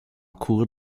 cours